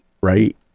right